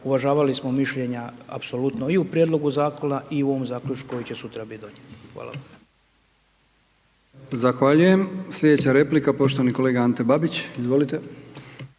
uvažavali smo mišljenja apsolutno i u prijedlogu zakona i u ovom zaključku koji će sutra biti donijet. Hvala. **Brkić, Milijan (HDZ)** Zahvaljujem. Slijedeća replika poštovani kolega Ante Babić. Izvolite.